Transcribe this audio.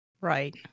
Right